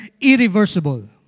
irreversible